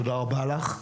תודה רבה לך.